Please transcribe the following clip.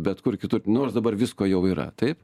bet kur kitur nors dabar visko jau yra taip